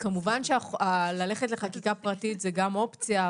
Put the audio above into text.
כמובן שללכת לחקיקה פרטית זו גם אופציה,